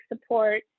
support